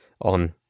on